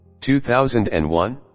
2001